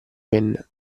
penne